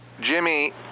Jimmy